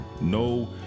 no